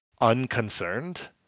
unconcerned